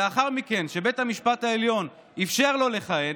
לאחר מכן, כשבית המשפט העליון אפשר לו לכהן,